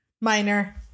Minor